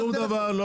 שום דבר.